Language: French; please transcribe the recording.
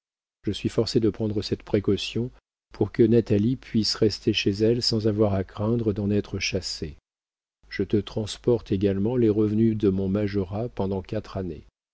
je suis forcé de prendre cette précaution pour que natalie puisse rester chez elle sans avoir à craindre d'en être chassée je te transporte également les revenus de mon majorat pendant quatre années